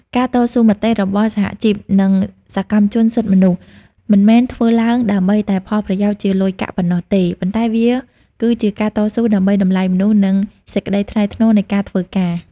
ការតស៊ូមតិរបស់សហជីព និងសកម្មជនសិទ្ធិមនុស្ស មិនមែនធ្វើឡើងដើម្បីតែផលប្រយោជន៍ជាលុយកាក់ប៉ុណ្ណោះទេ ប៉ុន្តែវាគឺជាការតស៊ូដើម្បីតម្លៃមនុស្ស និងសេចក្តីថ្លៃថ្នូរនៃការធ្វើការ។